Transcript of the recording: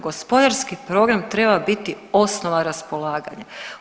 Gospodarski program treba biti osnova raspolaganja.